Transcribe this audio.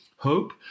Hope